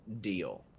deal